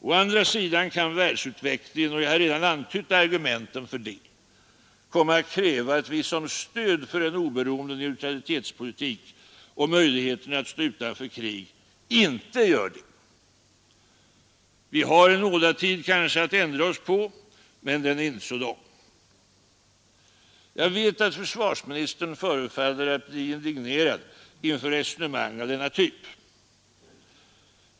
Å andra sidan kan världsutvecklingen — och jag har redan antytt argumenten för detta — komma att kräva att vi som stöd för en oberoende neutralitetspolitik och möjligheterna att stå utanför krig inte gör detta. Vi har kanske en nådatid att ändra oss på, men den är inte så lång. Jag vet att försvarsministern förefaller att bli indignerad inför resonemang av denna typ.